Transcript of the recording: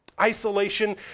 Isolation